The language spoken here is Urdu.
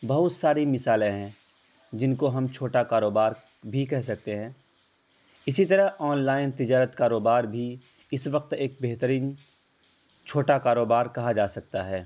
بہت ساری مثالیں ہیں جن کو ہم چھوٹا کاروبار بھی کہہ سکتے ہیں اسی طرح آن لائن تجارت کاروبار بھی اس وقت ایک بہترین چھوٹا کاروبار کہا جا سکتا ہے